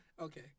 Okay